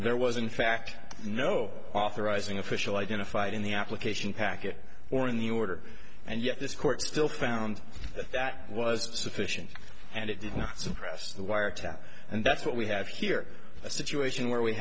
there was in fact no authorizing official identified in the application packet or in the order and yet this court still found that was sufficient and it did not suppress the wiretap and that's what we have here a situation where we